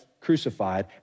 crucified